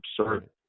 absurd